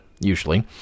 usually